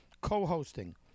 co-hosting